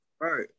Right